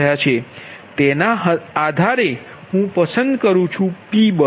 તેના આધારે હું પસંદ કરું છું P બસ